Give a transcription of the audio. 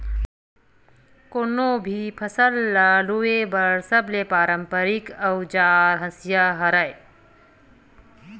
कोनो भी फसल ल लूए बर सबले पारंपरिक अउजार हसिया हरय